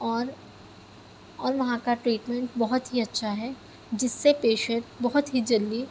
اور اور وہاں کا ٹریٹمنٹ بہت ہی اچھا ہے جس سے پیشنٹ بہت ہی جلدی